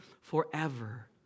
forever